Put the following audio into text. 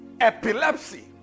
epilepsy